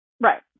Right